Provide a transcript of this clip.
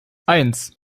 eins